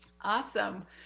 Awesome